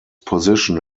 position